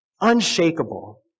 unshakable